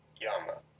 Yama